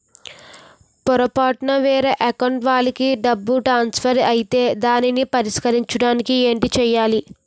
పొరపాటున వేరే అకౌంట్ వాలికి డబ్బు ట్రాన్సఫర్ ఐతే దానిని పరిష్కరించడానికి ఏంటి చేయాలి?